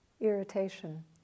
irritation